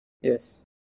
yes